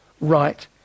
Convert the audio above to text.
right